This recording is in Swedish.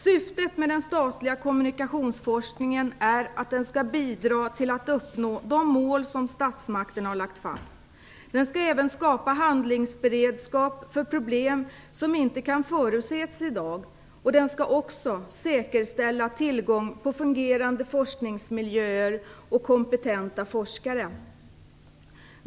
Syftet med den statliga kommunikationsforskningen är att den skall bidra till att uppnå de mål som statsmakterna har lagt fast. Den skall även skapa handlingsberedskap för de problem som inte kan förutses i dag. Den skall också säkerställa tillgång på fungerande forskningsmiljöer och kompetenta forskare.